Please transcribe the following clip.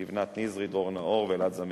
לבנת נזרי, דרור נאור ואלעד זמיר.